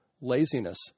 laziness